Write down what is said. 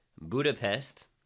Budapest